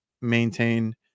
maintain